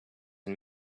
and